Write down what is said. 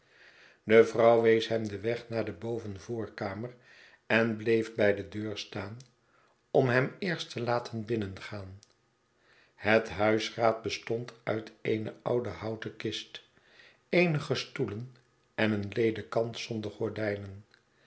de vrouw wees hem den weg naar de boven voorkamer en bleef bij de deur staan om hem eerst te laten binnengaan het huisraad bestond uit eene oude houten kist eenige stoelen en een ledekant zonder gordijnen